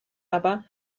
aber